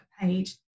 page